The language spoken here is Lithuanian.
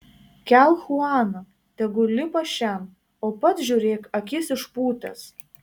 kelk chuaną tegu lipa šen o pats žiūrėk akis išpūtęs